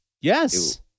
Yes